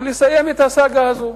ולסיים את הסאגה הזו.